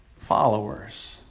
followers